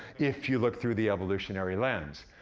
if you look through the evolutionary lens.